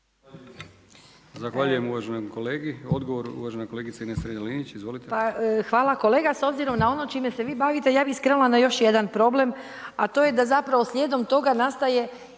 Zahvaljujem uvaženom kolegi. Odgovor uvažena kolegica Ines Strenja-Linić. **Strenja, Ines (MOST)** Pa hvala kolega, s obzirom na ono čime se vi bavite, ja bih skrenula na još jedan problem a to je da zapravo slijedom toga nastaje